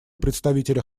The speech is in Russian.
представителя